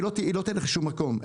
היא לא תלך לשום מקום,